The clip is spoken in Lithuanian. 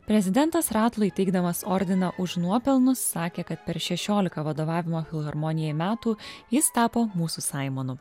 prezidentas ratlui įteikdamas ordiną už nuopelnus sakė kad per šešiolika vadovavimo filharmonijai metų jis tapo mūsų saimonu